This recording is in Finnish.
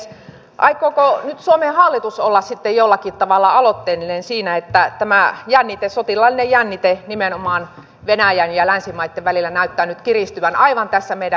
aikooko nyt suomen hallitus olla sitten jollakin tavalla aloitteellinen siinä että tämä sotilaallinen jännite nimenomaan venäjän ja länsimaitten välillä näyttää nyt kiristyvän aivan tässä meidän lähialueellamme